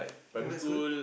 favourite school